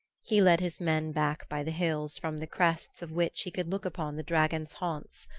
he led his men back by the hills from the crests of which he could look upon the dragon's haunts.